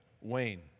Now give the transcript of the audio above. Wayne